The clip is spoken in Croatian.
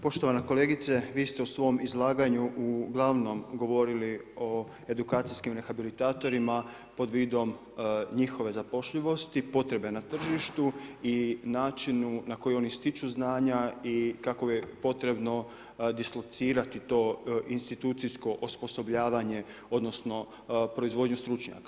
Poštovana kolegice, vi ste u svom izlaganju uglavnom govorili o edukacijskim rehabilitatorima pod vidom njihove zapošljivosti, potrebe na tržištu i načinu na koji oni stiču znanja i kako je potrebno dislocirati to institucijsko osposobljavanje, odnosno proizvodnju stručnjaka.